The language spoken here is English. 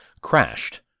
crashed